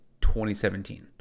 2017